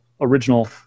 original